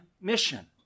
mission